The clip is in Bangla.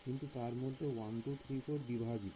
কিন্তু তার মধ্যে 1 2 3 4 বিভাজিত